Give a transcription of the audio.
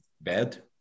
bad